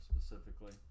specifically